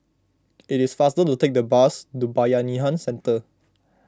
it is faster to take the bus to Bayanihan Centre